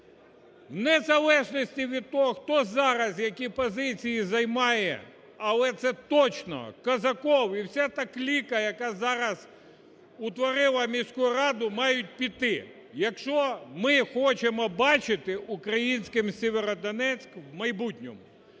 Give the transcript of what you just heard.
в незалежності від того, хто зараз які позиції займає, але це точно Казаков і вся та кліка, яка зараз утворила міську раду, мають піти, якщо ми хочемо бачити українським Сєвєродонецьк в майбутньому.